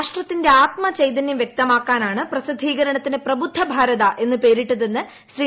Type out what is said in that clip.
രാഷ്ട്രത്തിന്റെ ആത്മചൈതന്യം വ്യക്തമാക്കാനാണ് പ്രസിദ്ധീകരണത്തിന് പ്രബൂദ്ധ ഭാരത എന്ന് പേരിട്ടതെന്ന് ശ്രീ